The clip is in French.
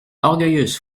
orgueilleuse